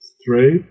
straight